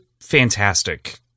fantastic